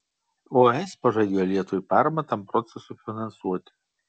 o es pažadėjo lietuvai paramą tam procesui finansuoti